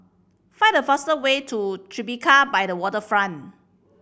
find the fastest way to Tribeca by the Waterfront